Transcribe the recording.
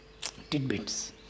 tidbits